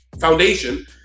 foundation